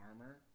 armor